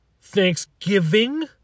Thanksgiving